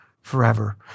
forever